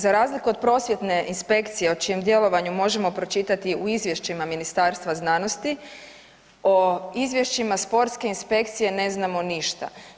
Za razliku od prosvjetne inspekcije, o čijem djelovanju možemo pročitati u izvješćima Ministarstva znanosti, o izvješćima sportske inspekcije ne znamo ništa.